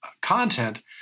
content—